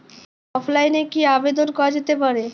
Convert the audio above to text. অফলাইনে কি আবেদন করা যেতে পারে?